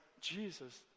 Jesus